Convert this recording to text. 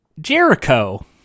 Jericho